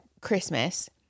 Christmas